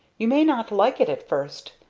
you may not like it at first,